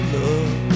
love